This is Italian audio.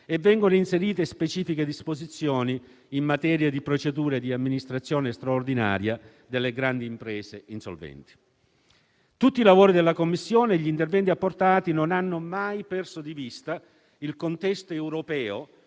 e vengono inserite specifiche disposizioni in materia di procedure di amministrazione straordinaria delle grandi imprese insolventi. Tutti i lavori della Commissione e gli interventi apportati non hanno mai perso di vista il contesto europeo